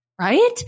right